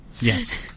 Yes